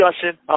discussion